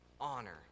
honor